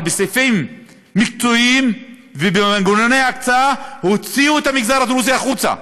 אבל בסעיפים מקצועיים ובמנגנוני ההקצאה הוציאו את המגזר הדרוזי החוצה.